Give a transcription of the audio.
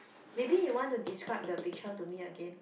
maybe you want to describe the picture to me again